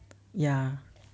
ya